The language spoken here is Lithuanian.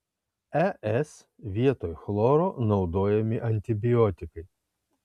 es vietoj chloro naudojami antibiotikai